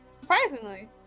Surprisingly